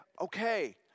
okay